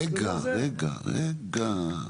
רגע, רגע.